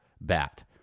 bat